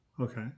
Okay